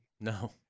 No